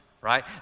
right